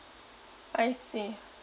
I see